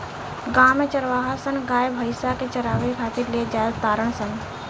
गांव में चारवाहा सन गाय भइस के चारावे खातिर ले जा तारण सन